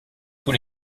tout